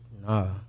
nah